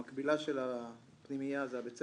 המקבילה של הפנימייה זה בית הספר.